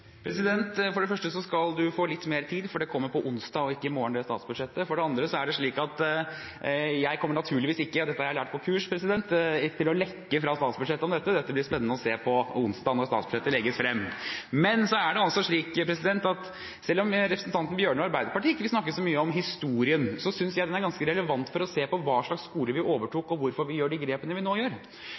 For det første skal representanten få litt mer tid, for statsbudsjettet kommer på onsdag og ikke i morgen. For det andre er det slik at jeg naturligvis ikke – og dette har jeg lært på kurs – kommer til å lekke fra statsbudsjettet om dette. Dette blir spennende å se på onsdag, når statsbudsjettet legges frem. Men så er det altså slik at selv om representanten Tynning Bjørnø og Arbeiderpartiet ikke vil snakke så mye om historien, synes jeg den er ganske relevant for å se på hva slags skole vi overtok, og hvorfor vi gjør de grepene vi nå gjør.